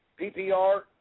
PPR